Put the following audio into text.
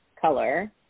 color